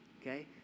Okay